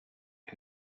who